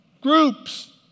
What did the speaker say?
Groups